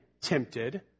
tempted